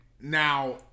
now